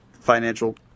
financial